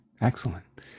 excellent